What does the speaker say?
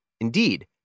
Indeed